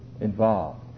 involved